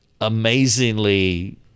amazingly